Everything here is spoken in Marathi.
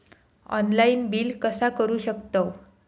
ऑनलाइन बिल कसा करु शकतव?